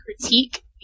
critique